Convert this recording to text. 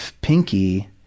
pinky